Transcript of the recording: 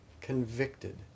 convicted